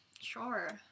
Sure